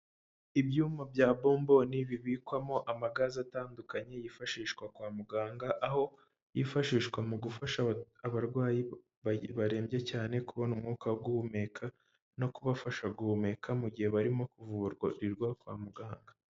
Ibyuma bya bomboni bibikwamo amagaze atandukanye yifashishwa kwa muganga, aho yifashishwa mu gufasha abarwayi barembye cyane kubona umwuka wo guhumeka no kubafasha guhumeka mu gihe barimo kuvurirwa kwa muganga.